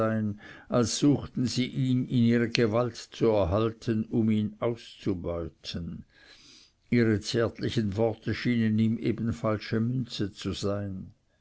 als suchten sie ihn in ihre gewalt zu erhalten um ihn auszubeuten ihre zärtlichen worte schienen ihm eben falsche münze zu sein